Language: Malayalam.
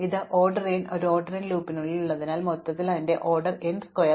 അതിനാൽ ഈ ഓർഡർ n കാര്യം ഒരു ഓർഡർ n ലൂപ്പിനുള്ളിൽ ഉള്ളതിനാൽ മൊത്തത്തിൽ അതിന്റെ ഓർഡർ n സ്ക്വയർ